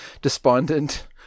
despondent